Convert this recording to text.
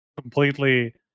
completely